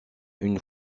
une